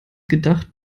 gedacht